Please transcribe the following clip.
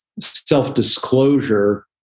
self-disclosure